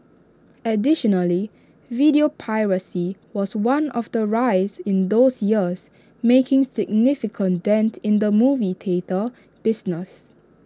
additionally video piracy was one of the rise in those years making significant dent in the movie theatre business